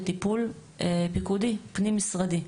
לטיפול פיקודי פנים משרדי,